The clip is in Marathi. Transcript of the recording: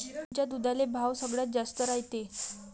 कोनच्या दुधाले भाव सगळ्यात जास्त रायते?